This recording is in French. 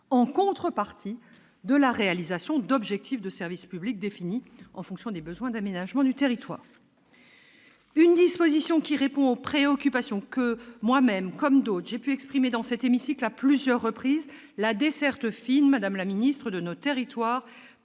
en contrepartie de la réalisation d'obligations de service public définies en fonction des besoins d'aménagement du territoire ». Une telle disposition répond aux préoccupations que j'ai pu moi-même, comme d'autres, exprimer dans cet hémicycle à plusieurs reprises. La desserte fine de nos territoires